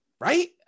right